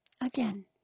Again